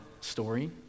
story